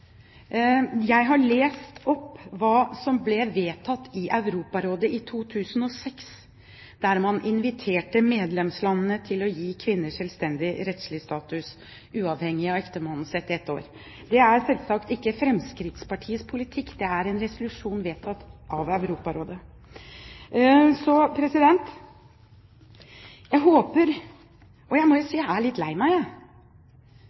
Jeg har lest opp hva som ble vedtatt i Europarådet i 2006, der man inviterte medlemslandene til å gi kvinner selvstendig rettslig status uavhengig av ektemannens, etter ett år. Det er selvsagt ikke Fremskrittspartiets politikk. Det er en resolusjon vedtatt av Europarådet. Jeg må si at jeg er litt lei meg, jeg